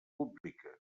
públiques